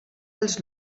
els